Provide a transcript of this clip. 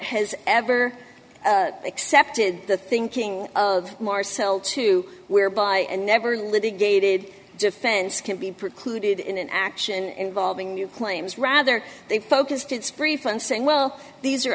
has ever accepted the thinking of marcel two whereby and never litigated defense can be precluded in an action involving new claims rather they focused its brief and saying well these are